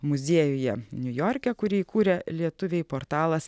muziejuje niujorke kurį įkūrė lietuviai portalas